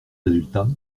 résultats